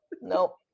nope